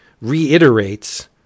reiterates